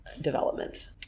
development